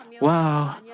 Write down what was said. Wow